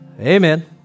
amen